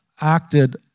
acted